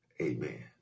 Amen